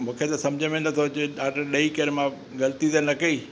मूंखे त सम्झि में नथो अचे ऑडर ॾेई करे मां ग़लती त न कई